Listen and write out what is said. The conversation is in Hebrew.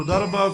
תודה רבה.